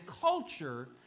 culture